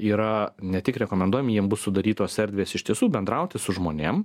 yra ne tik rekomenduojami jiem bus sudarytos erdvės iš tiesų bendrauti su žmonėm